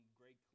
great